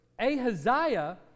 Ahaziah